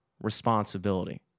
responsibility